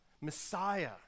Messiah